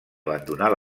abandonar